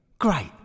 Great